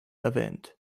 erwähnt